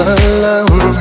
alone